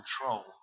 control